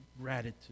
gratitude